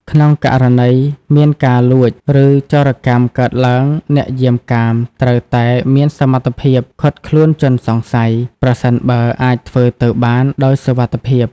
ក្នុងករណីមានការលួច ឬចោរកម្មកើតឡើង អ្នកយាមកាមត្រូវតែមានសមត្ថភាព ឃាត់ខ្លួនជនសង្ស័យ ប្រសិនបើអាចធ្វើទៅបានដោយសុវត្ថិភាព។